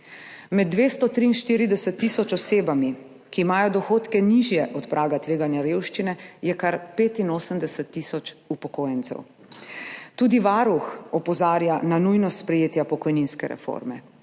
Med 243 tisoč osebami, ki imajo dohodke nižje od praga tveganja revščine, je kar 85 tisoč upokojencev. Tudi Varuh opozarja na nujnost sprejetja pokojninske reforme.